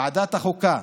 ועדת החוקה